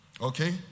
Okay